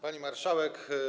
Pani Marszałek!